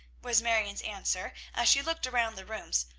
was marion's answer, as she looked around the rooms.